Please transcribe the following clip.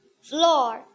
floor